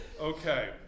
Okay